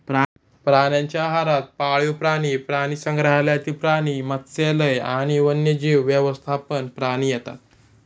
प्राण्यांच्या आहारात पाळीव प्राणी, प्राणीसंग्रहालयातील प्राणी, मत्स्यालय आणि वन्यजीव व्यवस्थापन प्राणी येतात